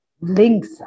links